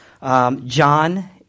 John